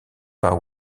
pas